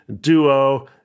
duo